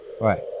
right